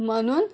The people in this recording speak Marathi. म्हणून